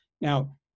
Now